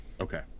okay